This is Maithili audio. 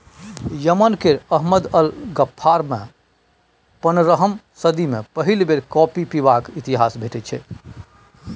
यमन केर अहमद अल गफ्फारमे पनरहम सदी मे पहिल बेर कॉफी पीबाक इतिहास भेटै छै